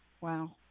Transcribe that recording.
Wow